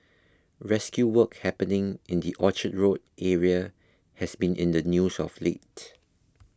rescue work happening in the Orchard Road area has been in the news of late